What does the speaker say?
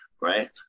right